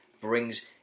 brings